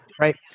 right